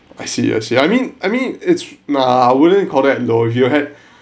I see I see I mean I mean it's nah I wouldn't call that loh if you had